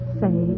say